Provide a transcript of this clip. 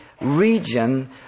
region